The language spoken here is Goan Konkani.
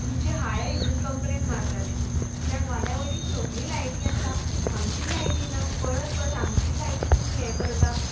तुमचे हांवें हितून कंप्लेन मारताले किद्याक वाड्या वयलीं सगळीं लायटी आसा आमचीच लायटी ना परत परत आमचीच लायटी तुमी हें करता